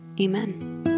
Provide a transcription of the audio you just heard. Amen